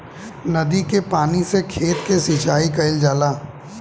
नदी के पानी से खेत के सिंचाई कईल जाला